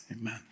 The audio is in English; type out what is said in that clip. Amen